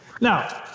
now